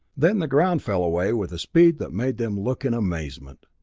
then the ground fell away with a speed that made them look in amazement.